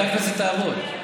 מתי הכנסת תעבוד?